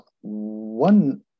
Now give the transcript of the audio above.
one